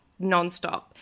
nonstop